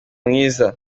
mwiza